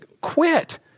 quit